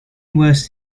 was